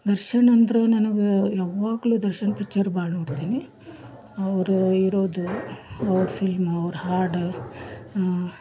ದರ್ಶನ್ ಅಂದ್ರೆ ನನಗೆ ಯಾವಾಗಲೂ ದರ್ಶನ್ ಪಿಚ್ಚರ್ ಭಾಳ ನೋಡ್ತೀನಿ ಅವ್ರು ಇರೋದು ಅವ್ರ ಫಿಲ್ಮ ಅವ್ರ ಹಾಡು